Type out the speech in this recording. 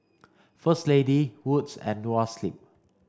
First Lady Wood's and Noa Sleep